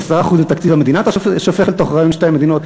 10% מתקציב המדינה אתה שופך אל תוך רעיון שתי המדינות.